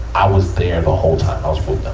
i was there the whole time. i was with them.